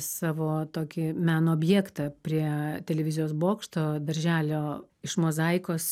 savo tokį meno objektą prie televizijos bokšto birželio iš mozaikos